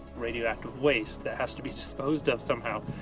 radioactive waste that has to be disposed of somehow,